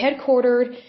headquartered